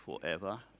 forever